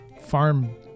farm